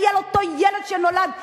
מה יהיה על אותו ילד שנולד בעוולה,